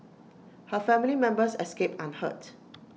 her family members escaped unhurt